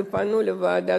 ופנו לוועדה.